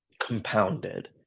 compounded